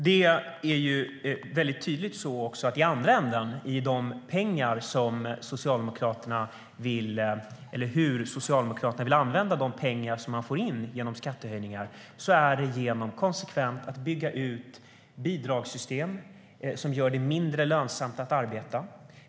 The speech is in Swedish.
Det ser man också tydligt i andra ändan. Socialdemokraterna vill använda de pengar som man får in genom skattehöjningar till att konsekvent bygga ut bidragssystem som gör det mindre lönsamt att arbeta.